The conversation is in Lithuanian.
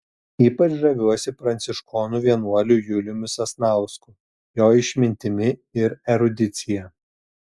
ypač žaviuosi pranciškonų vienuoliu juliumi sasnausku jo išmintimi ir erudicija